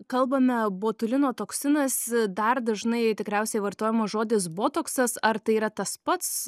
kalbame botulino toksinas dar dažnai tikriausiai vartojamas žodis botoksas ar tai yra tas pats